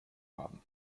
haben